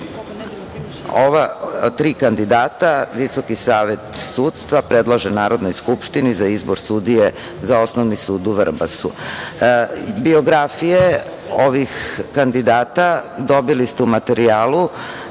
Ova tri kandidata Visoki savet sudstva predlaže Narodnoj skupštini za izbor sudije za Osnovni sud u Vrbasu. Biografije ovih kandidata dobili ste u materijalu